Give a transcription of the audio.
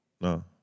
No